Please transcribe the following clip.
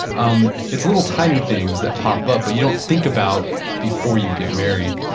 um it's little tiny things that pop up but you don't think about before you get married.